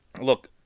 look